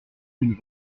une